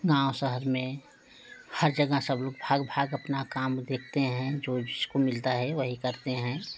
गाँव शहर में हर जगह सब लोग भाग भाग अपना काम देखते हैं जो जिसको मिलता है वही करते हैं